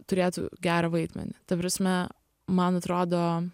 turėtų gerą vaidmenį ta prasme man atrodo